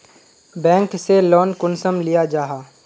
Bank से loan कुंसम लिया जाहा?